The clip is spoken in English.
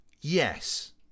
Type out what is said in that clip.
Yes